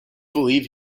believe